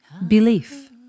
Belief